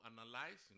analyzing